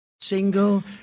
Single